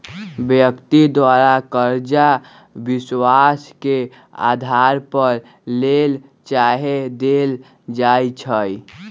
व्यक्ति द्वारा करजा विश्वास के अधार पर लेल चाहे देल जाइ छइ